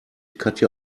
katja